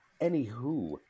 anywho